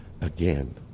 again